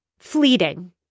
Fleeting